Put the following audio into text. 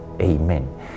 Amen